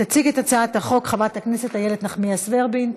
תציג את הצעת החוק חברת הכנסת איילת נחמיאס ורבין,